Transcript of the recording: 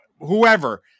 Whoever